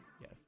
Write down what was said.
yes